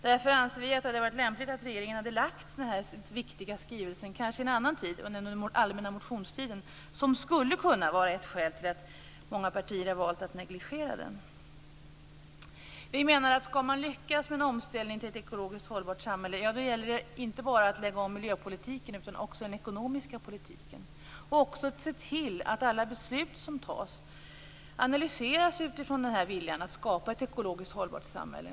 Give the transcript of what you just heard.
Därför anser vi att det kanske hade varit lämpligt att regeringen lade fram den viktiga skrivelsen under en annan tid än under den allmänna motionstiden - det skulle ju kunna vara ett skäl till att många partier valt att negligera skrivelsen. För att lyckas med omställningen till ett ekologiskt hållbart samhälle gäller det, menar vi, att lägga om inte bara miljöpolitiken utan också den ekonomiska politiken. Vidare gäller det att se till att alla beslut som fattas analyseras utifrån viljan att skapa ett ekologiskt hållbart samhälle.